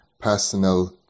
personal